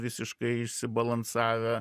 visiškai išsibalansavę